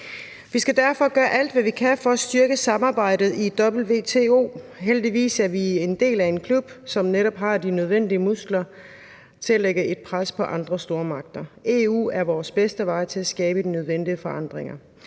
Vi skal derfor gøre alt, hvad vi kan, for at styrke samarbejdet i WTO, og heldigvis er vi en del af en klub, som netop har de nødvendige muskler til at lægge et pres på andre stormagter. EU er vores bedste vej til at skabe de nødvendige forandringer.